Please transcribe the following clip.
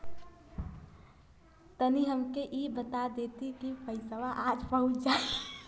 तनि हमके इ बता देती की पइसवा आज पहुँच जाई?